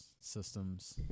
systems